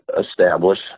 establish